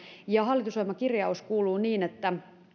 ja hallitusohjelmakirjaus kuuluu niin että